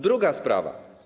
Druga sprawa.